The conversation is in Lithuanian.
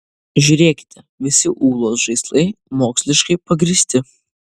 žiūrėkite visi ūlos žaislai moksliškai pagrįsti